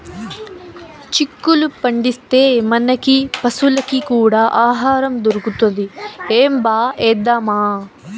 చిక్కుళ్ళు పండిస్తే, మనకీ పశులకీ కూడా ఆహారం దొరుకుతది ఏంబా ఏద్దామా